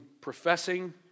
professing